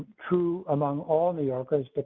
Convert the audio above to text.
true. among all new yorkers, but